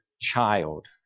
child